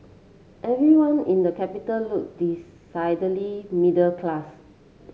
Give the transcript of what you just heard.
everyone in the capital look decidedly middle class